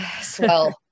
swell